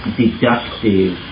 deductive